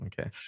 Okay